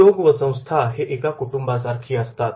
उद्योग व संस्था हे एका कुटुंबासारखी असतात